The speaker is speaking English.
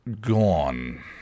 Gone